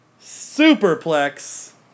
Superplex